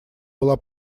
была